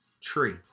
tree